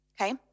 Okay